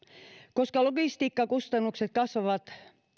koska logistiikkakustannukset kasvavat